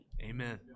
Amen